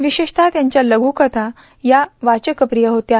विशेषतः त्यांच्या लषुकथा या वाचकप्रिय होत्या